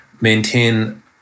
maintain